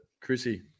chrissy